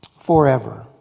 forever